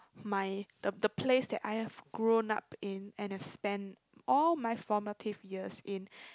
my the the place that I have grown up in and a spent all my formative years in